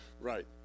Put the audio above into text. Right